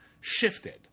shifted